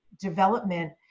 development